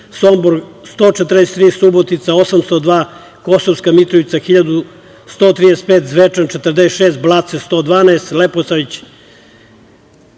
Sombor 143, Subotica 802, Kosovska Mitrovica 1.135, Zvečan 46, Blace 112, Leposavić